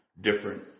different